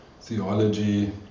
theology